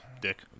dick